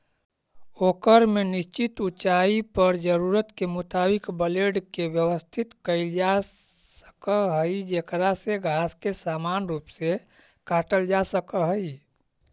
ओकर में निश्चित ऊँचाई पर जरूरत के मुताबिक ब्लेड के व्यवस्थित कईल जासक हई जेकरा से घास के समान रूप से काटल जा सक हई